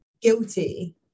guilty